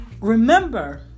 remember